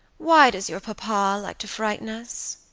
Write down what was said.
why does your papa like to frighten us?